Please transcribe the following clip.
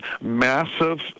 massive